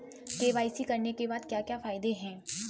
KYC करने के क्या क्या फायदे हैं?